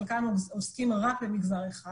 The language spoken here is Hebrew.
חלקם עוסקים רק במגזר אחד,